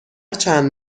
چند